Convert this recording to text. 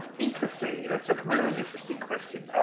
interesting it's a really interesting question